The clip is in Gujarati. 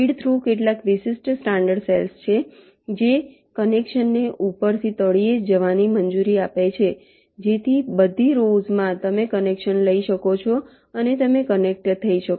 ફીડ થ્રુ કેટલાક વિશિષ્ટ સ્ટાન્ડર્ડ સેલ્સ છે જે કનેક્શનને ઉપરથી તળિયે જવાની મંજૂરી આપે છે જેથી બધી રોવ્સ માં તમે કનેક્શન લઈ શકો અને તમે કનેક્ટ થઈ શકો